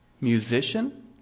Musician